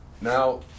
now